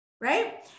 right